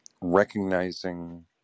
recognizing